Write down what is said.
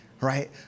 right